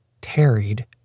tarried